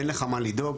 אין לך מה לדאוג.